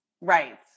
Right